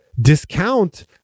discount